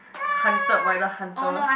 hunted by the hunter